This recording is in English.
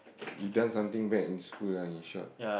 you've done something bad in school lah in short